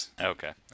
Okay